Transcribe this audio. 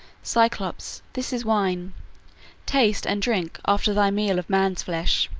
cyclops, this is wine taste and drink after thy meal of men's flesh.